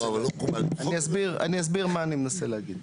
אני אסביר מה אני מנסה להגיד.